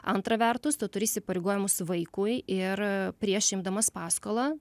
antra vertus tu turi įsipareigojimus vaikui ir prieš imdamas paskolą